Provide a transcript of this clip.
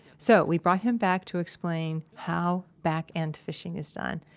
so we brought him back to explain how backend fishing is done.